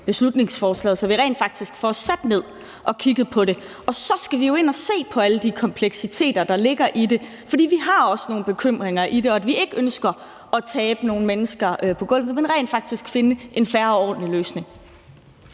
beslutningsforslaget, så vi rent faktisk får sat os ned og kigget på det. Og så skal vi ind og se på alle de kompleksiteter, der ligger i det, for vi har også nogle bekymringer, i forhold til at vi ikke ønsker at tabe nogen mennesker på gulvet, men rent faktisk finder en fair og ordentlig løsning.